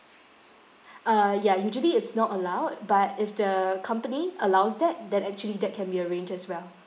uh ya usually it's not allowed but if the company allows that that actually that can be arranged as well